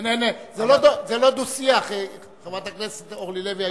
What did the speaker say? זה לא דו-שיח, חברת הכנסת אורלי לוי.